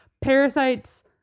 Parasites